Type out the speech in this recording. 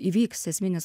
įvyks esminis